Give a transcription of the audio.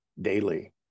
daily